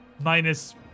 minus